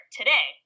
today